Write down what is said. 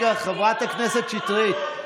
אני מציעה שתדבר על העתיד,